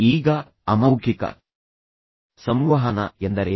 ಈಗ ಅಮೌಖಿಕ ಸಂವಹನ ಎಂದರೇನು